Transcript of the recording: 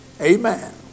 amen